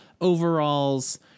overalls